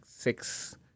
six